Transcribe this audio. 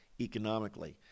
economically